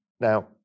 Now